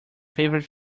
favorite